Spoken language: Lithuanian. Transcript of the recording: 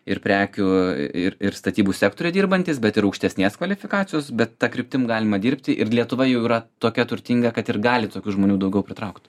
ir prekių ir ir statybų sektoriuj dirbantys bet ir aukštesnės kvalifikacijos bet ta kryptim galima dirbti ir lietuva jau yra tokia turtinga kad ir gali tokių žmonių daugiau pritraukt